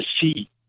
see